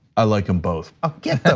i like them both. ah yeah